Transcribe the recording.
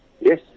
Yes